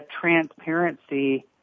transparency